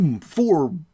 four